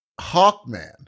Hawkman